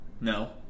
No